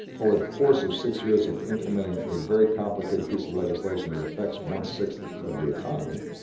over the course of six years of implementing a very complicated piece of legislation that affects one-sixth of the economy,